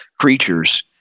creatures